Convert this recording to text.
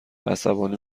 عصبانی